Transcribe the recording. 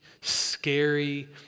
scary